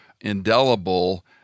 indelible